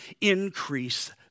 increase